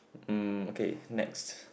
mm okay next